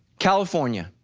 california.